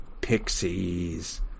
pixies